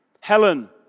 Helen